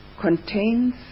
contains